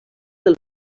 del